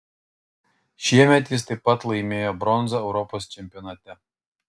šiemet jis taip pat laimėjo bronzą europos čempionate